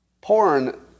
porn